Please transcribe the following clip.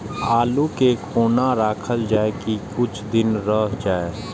आलू के कोना राखल जाय की कुछ दिन रह जाय?